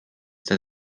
that